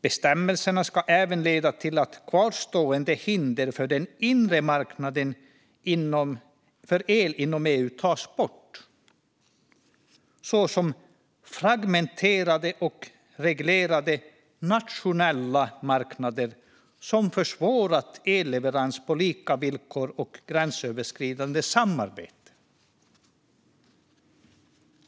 Bestämmelserna ska även leda till att kvarstående hinder för den inre marknaden för el inom EU, såsom fragmenterade och reglerade nationella marknader som försvårat elleverans på lika villkor och gränsöverskridande samarbete, tas bort.